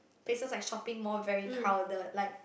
places like shopping mall very crowded like